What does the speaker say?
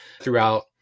throughout